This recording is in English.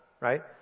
right